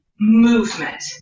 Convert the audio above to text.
movement